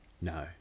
No